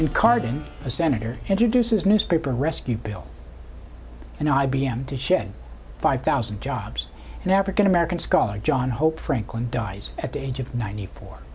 in carving a senator introduces newspaper rescue bill and i b m to shed five thousand jobs and african american scholar john hope franklin dies at the age of ninety four